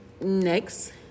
next